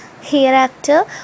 Hereafter